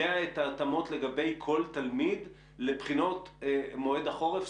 את ההתאמות לגבי כל תלמיד לבחינות מועד החורף,